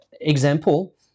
example